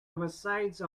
oversize